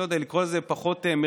לא יודע אם לקרוא לזה פחות מרכזיות,